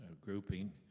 grouping